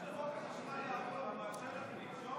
של קבוצת סיעת הליכוד, קבוצת סיעת